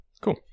cool